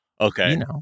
okay